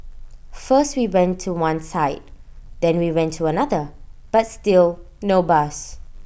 first we went to one side then we went to another but still no bus